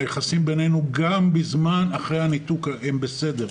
היחסים בינינו גם אחרי הניתוק הם בסדר.